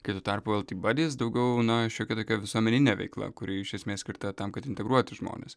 kai tuo tarpu el ti badis daugiau na šiokia tokia visuomenine veikla kuri iš esmės skirta tam kad integruoti žmones